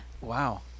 Wow